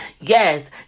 Yes